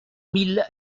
mille